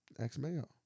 X-Mail